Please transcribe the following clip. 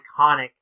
iconic